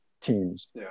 teams